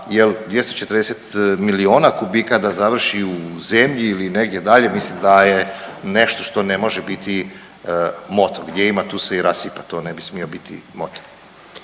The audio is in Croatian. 240 milijuna kubika da završi u zemlji ili negdje dalje mislim da je nešto što ne može biti moto, gdje ima tu se i rasipa to ne bi smio biti moto.